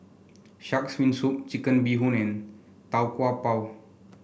shark's fin soup Chicken Bee Hoon and Tau Kwa Pau